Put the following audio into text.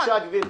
בבקשה, גברתי.